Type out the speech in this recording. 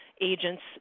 agents